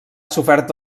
sofert